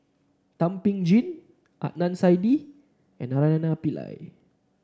Thum Ping Tjin Adnan Saidi and Naraina Pillai